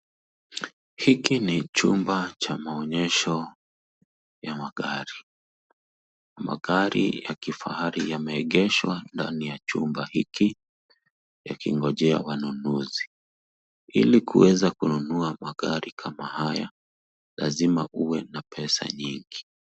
Hiki ni chumba ya maonyesho ya magari. Magari ya kifahari yameegeshwa ndani ya chumba hiki yakingojea wanunuzi. Ili kuweza kununua magari kama haya lazima uwe na pesa nyingi.